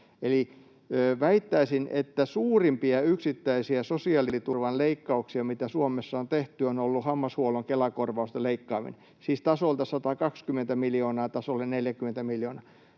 väittäisin, että suurimpia yksittäisiä sosiaaliturvan leikkauksia, mitä Suomessa on tehty, on ollut hammashuollon Kela-korvausten leikkaaminen, siis tasolta 120 miljoonaa tasolle 40 miljoonaa.